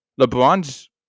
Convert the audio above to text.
LeBron's